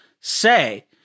say